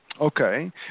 okay